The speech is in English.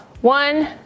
one